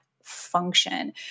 Function